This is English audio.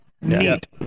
Neat